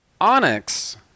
Onyx